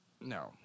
No